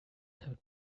third